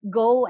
go